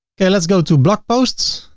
okay let's go to blog posts,